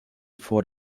vor